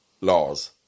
laws